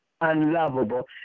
unlovable